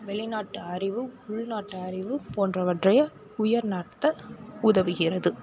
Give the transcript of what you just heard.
வெளி நாட்டு அறிவு உள் நாட்டு அறிவு போன்றவற்றை உயர் நடத்த உதவுகிறது